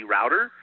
Router